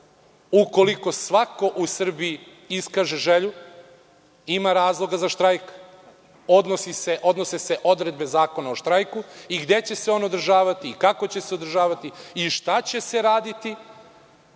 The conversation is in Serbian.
Ukoliko svako u Srbiji iskaže želju i ima razloga za štrajk, odnose se odredbe Zakona o štrajku, i gde će se on održavati, kako će se održavati i šta će se raditi,